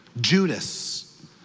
Judas